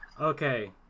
okay